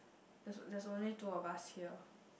there's there's only two of us here